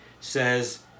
says